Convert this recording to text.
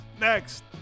next